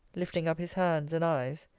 lifting up his hands and eyes.